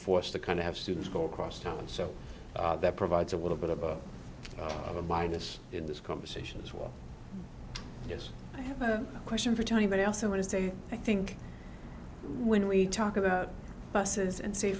forced to kind of have students go across town so that provides a little bit of a minus in this conversation as well yes i have a question for tony but i also want to say i think when we talk about buses and sa